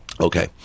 Okay